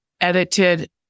edited